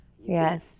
Yes